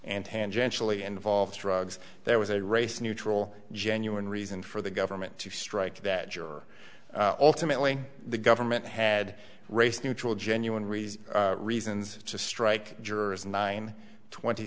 and tangentially involved drugs there was a race neutral genuine reason for the government to strike that your ultimate lien the government had race neutral genuine reason reasons to strike jurors nine twenty